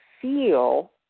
feel